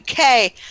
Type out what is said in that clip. UK